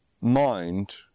mind